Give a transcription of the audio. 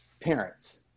parents